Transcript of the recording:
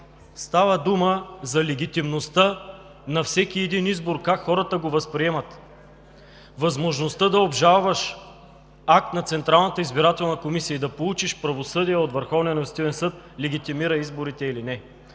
става дума за легитимността на всеки един избор – как хората го възприемат. Възможността да обжалваш акт на Централната избирателна комисия и да получиш правосъдие от Върховния административен